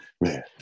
Man